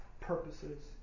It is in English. purposes